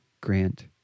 grant